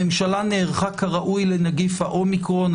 הממשלה נערכה כראוי לנגיף האומיקורן.